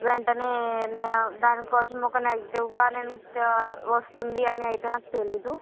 వెంటనే దానికోసం ఒక నెగిటివ్గా నేను వస్తుందని అయితే నాకు తెలియదు